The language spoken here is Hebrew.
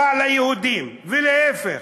רע ליהודים, להפך,